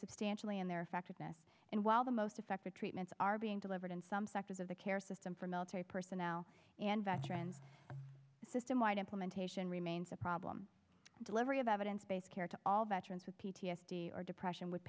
substantially in their effectiveness and while the most effective treatments are being delivered in some sectors of the care system for military personnel and veterans system wide implementation remains a problem the delivery of evidence based care to all veterans with p t s d or depression would